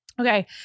Okay